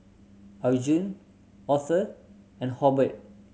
Arjun Author and Hobert